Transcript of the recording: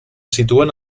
situen